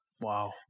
Wow